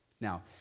Now